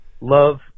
love